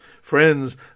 Friends